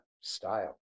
style